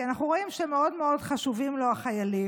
כי אנחנו רואים שמאוד מאוד חשובים לו החיילים,